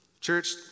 Church